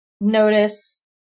notice